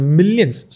millions